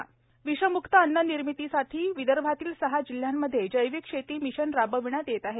जैविक शेती मिशन विषम्क्त अन्न निर्मितीसाठी विदर्भातील सहा जिल्ह्यांमध्ये जैविक शेती मिशन राबविण्यात येत आहे